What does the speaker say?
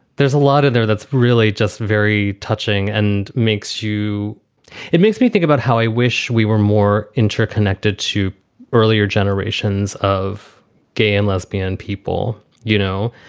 a lot of them that's really just very touching and makes you it makes me think about how i wish we were more interconnected to earlier generations of gay and lesbian people, you know?